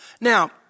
Now